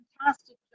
fantastic